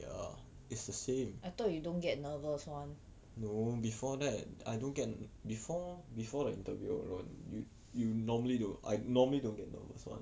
ya it's the same no before that I don't before before the interview alone you you you normally don't I normally don't get nervous [one]